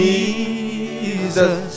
Jesus